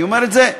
אני אומר את זה,